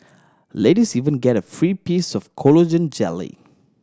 ladies even get a free piece of collagen jelly